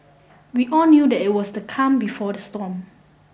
we all knew that it was the calm before the storm